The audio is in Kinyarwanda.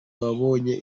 wabonye